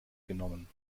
genommen